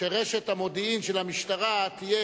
אתה דורש שרשת המודיעין של המשטרה תהיה